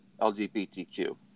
LGBTQ